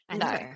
No